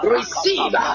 Receive